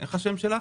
מה השם שלך?